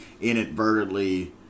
inadvertently